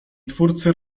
twórcy